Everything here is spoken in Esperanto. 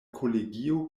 kolegio